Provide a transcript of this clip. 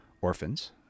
orphans